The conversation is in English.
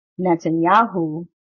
Netanyahu